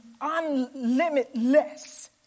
unlimitless